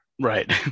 Right